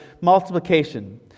multiplication